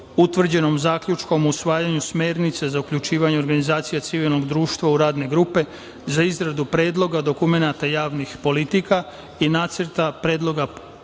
utvrđenom zaključkom o usvajanju smernica za uključivanje organizacija civilnog društva u radne grupe za izradu predloga dokumenata javnih politika i nacrta predloga